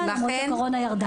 למרות שהקורונה ירדה.